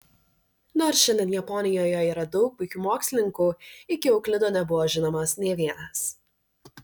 nors šiandien japonijoje yra daug puikių mokslininkų iki euklido nebuvo žinomas nė vienas